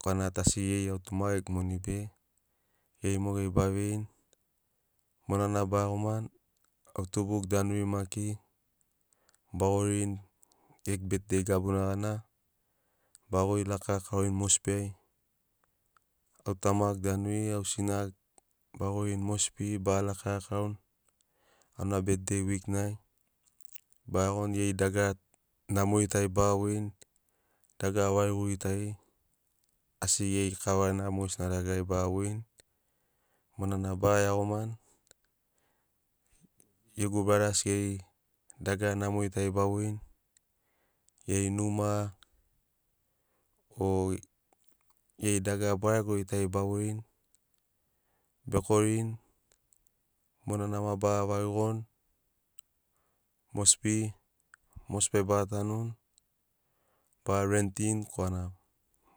Korana gia tu asi geri au tu ma gegu moni be geri mogeri ba veirini monana ba iagomani au tubugu danuri maki ba goririni gegu betdei gabuna gana ba gori lakau lakaurini mosbi ai. Au tamagu danuri au sinagu ba goririni mosbi baga laka lakauni auna betdei wik naib a iagoni geri dagara namori tari ba voini dagara variguri tari asi geri kavana mogesina dagarari ba voini monana baga iagomani gegu bradas geri dagara namori tari ba voini geri numa o geri dagara baregori tari ba voini bekorini monana ma ba varigoni mosbi. Mosbi ai baga tanuni baga rentini korana